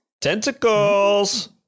Tentacles